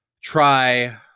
try